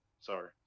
sorry